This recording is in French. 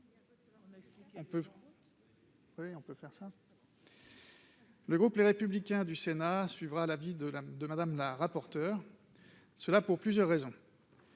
Le groupe Les Républicains suivra l'avis de Mme la rapporteure, et cela pour plusieurs raisons.